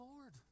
lord